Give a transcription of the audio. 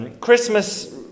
Christmas